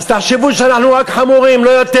אז תחשבו שאנחנו רק חמורים, לא יותר.